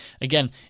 Again